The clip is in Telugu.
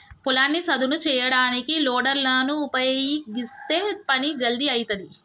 పొలాన్ని సదును చేయడానికి లోడర్ లను ఉపయీగిస్తే పని జల్దీ అయితది